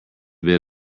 bit